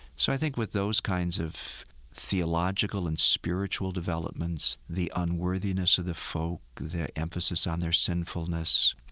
so i think with those kinds of theological and spiritual developments, the unworthiness of the folk, the emphasis on their sinfulness,